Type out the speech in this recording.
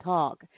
Talk